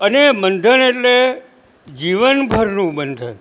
અને બંધન એટલે જીવનભરનું બંધન